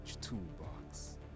toolbox